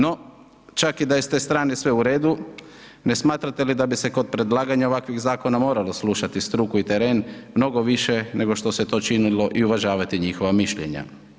No, čak i da je s te strane sve u redu ne smatrate li da bi se kod predlaganja ovakvih zakona moralo slušati struku i teren mnogo više nego što se to činilo i uvažavati njihova mišljenja.